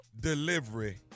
Delivery